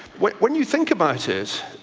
when when you think about it,